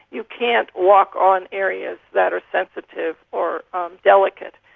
you can't walk on areas that are sensitive or um delicate.